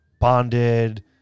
bonded